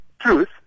truth